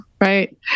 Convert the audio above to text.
right